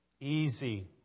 easy